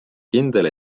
kindel